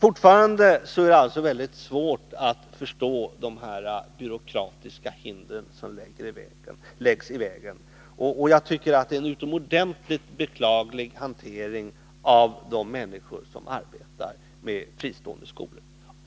Fortfarande är det alltså mycket svårt att förstå de byråkratiska hinder som läggs i vägen. Jag tycker att det är en utomordentligt beklaglig hantering av de människor som arbetar med fristående skolor.